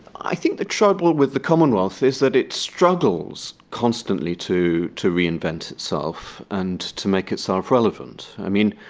i think the trouble with the commonwealth is that it struggles constantly to to reinvent itself and to make itself relevant. i mean,